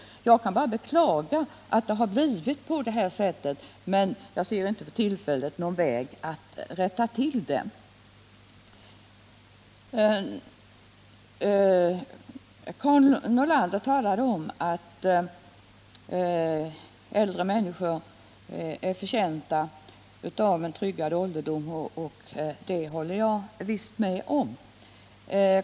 Jag kan bara beklaga att det har blivit på det här sättet, men jag kan inte för tillfället se någon väg att rätta till förhållandet. Karin Nordlander talade om att äldre människor är förtjänta av en tryggad ålderdom. Det håller jag gärna med om.